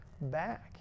back